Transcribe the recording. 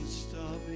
stop